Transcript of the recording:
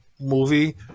movie